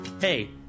Hey